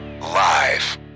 Live